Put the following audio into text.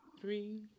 three